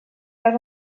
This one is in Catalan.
cas